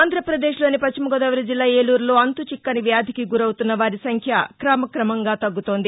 ఆంధ్రప్రదేశ్ లోని పశ్చిమగోదావరి జిల్లా ఏలూరు లో అంతుచిక్కని వ్యాధికి గురౌతున్న వారి సంఖ్య క్రమక్రమంగా తగ్గుతోంది